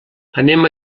anem